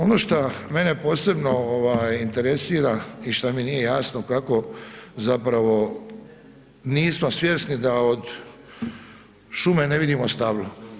Ono što mene posebno interesira i što mi nije jasno, kako zapravo nismo svjesni da od šume ne vidimo stablo.